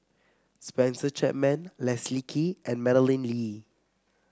Spencer Chapman Leslie Kee and Madeleine Lee